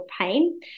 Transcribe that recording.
pain